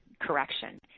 correction